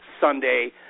Sunday